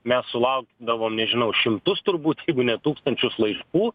mes sulaukdavom nežinau šimtus turbūt jeigu ne tūkstančius laiškų